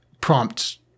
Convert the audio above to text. prompt